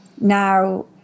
Now